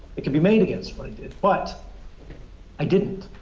it can be made against what i did, but i didn't.